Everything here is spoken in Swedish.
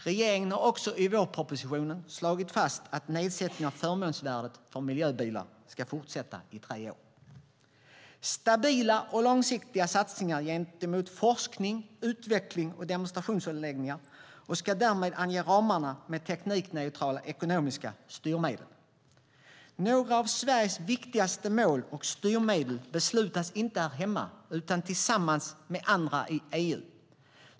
Regeringen har också i vårpropositionen slagit fast att nedsättningen av förmånsvärdet för miljöbilar ska fortsätta i tre år. Stabila och långsiktiga satsningar riktas gentemot forskning, utveckling och demonstrationsanläggningar. Det ska ange ramarna med teknikneutrala ekonomiska styrmedel. Några av Sveriges viktigaste mål och styrmedel beslutas inte här hemma utan tillsammans med andra i EU.